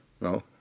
no